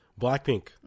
Blackpink